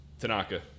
Tanaka